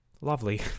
lovely